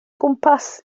gwmpas